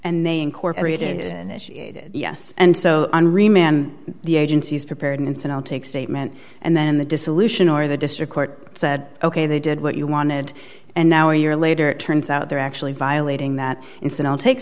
and they incorporated initiated yes and so on remand the agency's prepared and said i'll take statement and then the dissolution or the district court said ok they did what you wanted and now a year later it turns out they're actually violating that instead i'll take